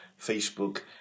Facebook